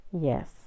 Yes